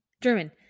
German